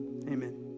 amen